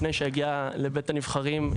לפני שהגיע לבית הנבחרים,